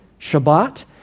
Shabbat